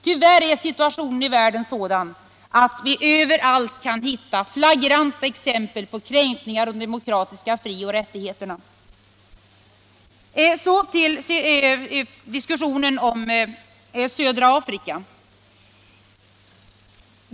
Tyvärr är situationen i världen sådan att vi överallt kan hitta flagranta exempel på kränkningar av de demokratiska frioch rättigheterna. Så till diskussionen om södra Afrika.